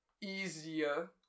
easier